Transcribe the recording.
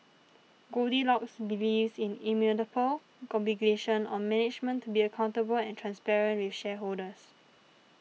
goldilocks believes in immutable obligation on management to be accountable and transparent with shareholders